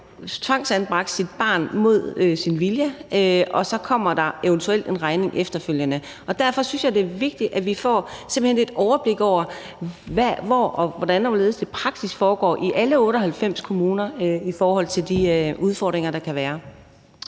tvangsanbragt sit barn mod sin vilje, og så kommer der eventuelt en regning efterfølgende. Derfor synes jeg, det er vigtigt, at vi simpelt hen får et overblik over, hvordan og hvorledes det i praksis foregår i alle 98 kommuner i forhold til de udfordringer, der kan være.